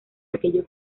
aquello